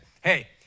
Hey